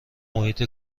محیط